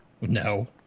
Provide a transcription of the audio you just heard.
No